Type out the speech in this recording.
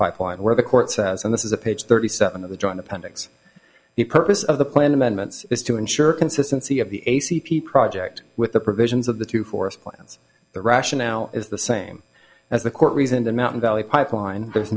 pipeline where the court says and this is a page thirty seven of the joint appendix the purpose of the plan amendments is to ensure consistency of the a c p project with the provisions of the two forest plans the rationale is the same as the court reason the mountain valley pipeline there's